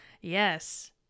yes